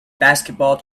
basketball